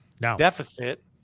deficit